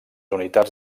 unitats